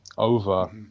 over